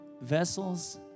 vessels